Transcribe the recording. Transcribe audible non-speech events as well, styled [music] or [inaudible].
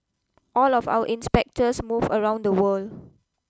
all of our [noise] inspectors move around the world